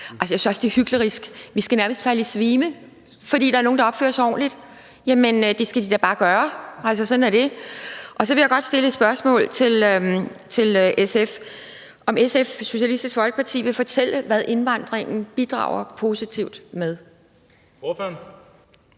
Jeg synes også, det er hyklerisk. Vi skal nærmest falde i svime, fordi der er nogle, der opfører sig ordentligt. Jamen det skal de da bare gøre. Sådan er det. Så vil jeg godt stille Socialistisk Folkeparti et spørgsmål, nemlig om man vil fortælle, hvad indvandringen bidrager positivt med.